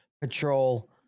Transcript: patrol